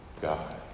God